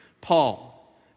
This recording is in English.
Paul